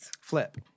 Flip